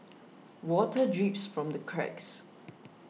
water drips from the cracks